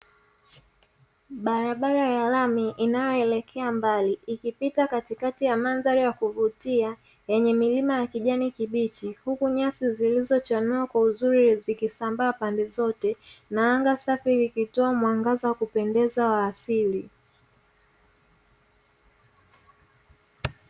Barabara ya lami inayoelekea mbali, ikipita katikati mandhari ya kuvutia yenye milima ya kijani kibichi, huku nyasi zilizochanua kwa uzuri zikisambaa pande zote, na anga safi likitoa mwangaza kupendeza wa asili.